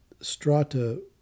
strata